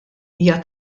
hija